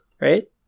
right